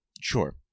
Sure